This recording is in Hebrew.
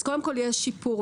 אז קודם כל יש שיפור.